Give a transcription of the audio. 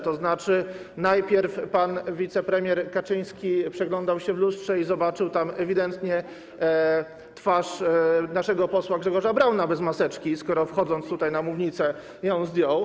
To znaczy najpierw pan wicepremier Kaczyński przeglądał się w lustrze i zobaczył tam ewidentnie twarz naszego posła Grzegorza Brauna bez maseczki, skoro wchodząc tutaj, na mównicę, ją zdjął.